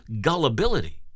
gullibility